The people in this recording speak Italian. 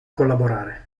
collaborare